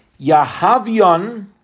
Yahavion